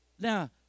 Now